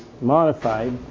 modified